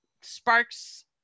Sparks